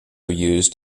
used